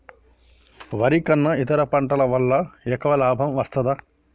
వరి కన్నా ఇతర పంటల వల్ల ఎక్కువ లాభం వస్తదా?